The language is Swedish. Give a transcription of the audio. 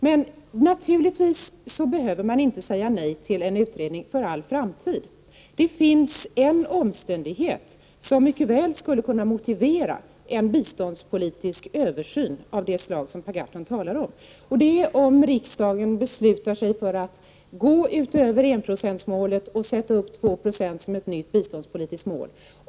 Men naturligtvis behöver man inte säga nej för all framtid till en utredning. Det finns en omständighet som mycket väl skulle kunna motivera en biståndspolitisk översyn av det slag som Per Gahrton talar om, och det är om riksdagen beslutar sig för att gå utöver enprocentsmålet och sätta upp 2 96 som ett nytt biståndspolitiskt mål.